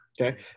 Okay